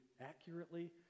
accurately